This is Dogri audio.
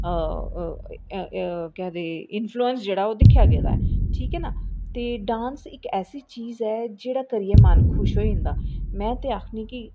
क्या आखदे कि इन्फल्यूऐंस जेह्ड़ा दिक्खेआ गेदा ऐ ठीक ऐ न ते ड़ांस इक ऐसी चीज़ ऐ जेह्ड़ा करियै मन खुश होई जंदा में ते आखनी कि